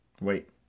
Wait